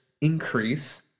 increase